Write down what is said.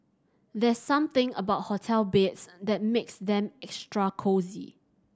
there's something about hotel beds that makes them extra cosy